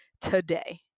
today